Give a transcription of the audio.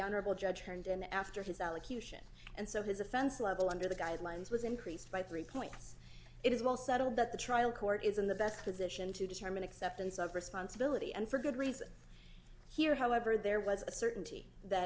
honorable judge turned in after his allocution and so his offense level under the guidelines was increased by three points it is well settled that the trial court is in the best position to determine acceptance of responsibility and for good reason here however there was a certainty that